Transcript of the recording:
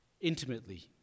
intimately